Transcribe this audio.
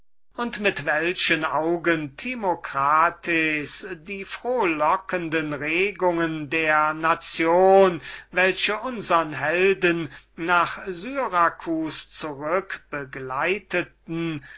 und mit welchen augen timocrates den allgemeinen beifall die frohlockenden segnungen der nation welche unsern helden nach syracus